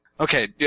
Okay